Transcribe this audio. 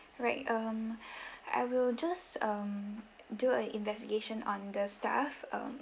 right um I will just um do an investigation on the staff um